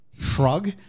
shrug